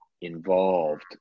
involved